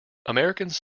americans